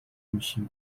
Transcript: میشیم